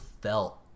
felt